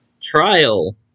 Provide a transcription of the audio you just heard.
Trial